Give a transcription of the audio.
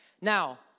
Now